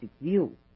view